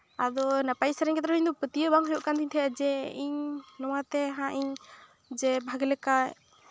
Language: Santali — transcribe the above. ᱟᱫᱚ ᱱᱟᱯᱟᱭ ᱥᱮᱨᱮᱧ ᱠᱟᱛᱮᱜ ᱨᱮᱦᱚᱸ ᱯᱟᱹᱛᱭᱟᱹᱣ ᱵᱟᱝ ᱦᱩᱭᱩᱜ ᱠᱟᱱ ᱛᱤᱧ ᱛᱟᱦᱮᱸᱜ ᱡᱮ ᱤᱧ ᱱᱚᱣᱟᱛᱮ ᱦᱟᱸᱜ ᱤᱧ ᱡᱮ ᱵᱷᱟᱜᱮ ᱞᱮᱠᱟ